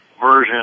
version